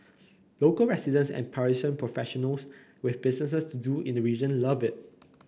local residents and Parisian professionals with business to do in the region love it